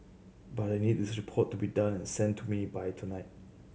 but I need this report to be done and sent to me by tonight